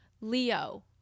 Leo